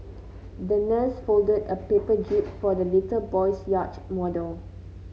the nurse folded a paper jib for the little boy's yacht model